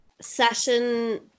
session